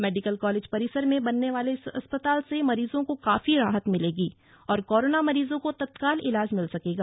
medical college परिसर में बनने वाले इस अस्पताल से मरीजों को काफी राहत मिलेगी और कोरोना मरीजों को तत्काल इलाज मिल सकेगा